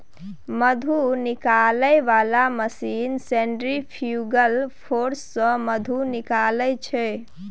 मधु निकालै बला machine centrifugal force सँ मधु निकालै छै